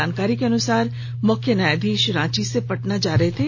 जानकारी के अनुसार मुख्य न्यायाधीश रांची से पटना जा रहे थे